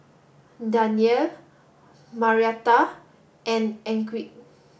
Danyel Marietta and Enrique